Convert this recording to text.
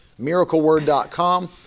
MiracleWord.com